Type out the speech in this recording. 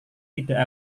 tidak